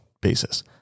basis